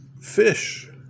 fish